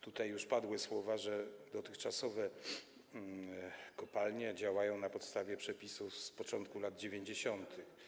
Tutaj już padły słowa, że dotychczasowe kopalnie działają na podstawie przepisów z początku lat 90.